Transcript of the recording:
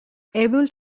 able